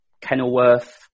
Kenilworth